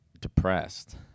depressed—